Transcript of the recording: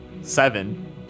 seven